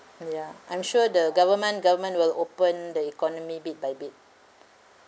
ya I'm sure the government government will open the economy bit by bit